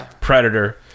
Predator